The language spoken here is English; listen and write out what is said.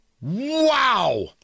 Wow